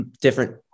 different